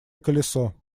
колесо